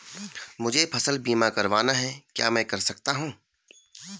मुझे फसल बीमा करवाना है क्या मैं कर सकता हूँ?